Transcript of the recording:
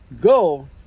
Go